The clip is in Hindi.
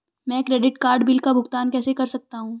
मैं क्रेडिट कार्ड बिल का भुगतान कैसे कर सकता हूं?